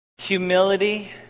Humility